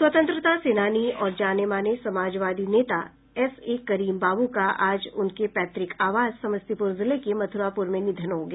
स्वतंत्रता सेनानी और जाने माने समाजवादी नेता एसए करीम बाबू का आज उनके पैत़क आवास समस्तीपुर जिले के मथुरापुर में निधन हो गया